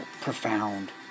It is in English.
profound